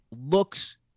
looks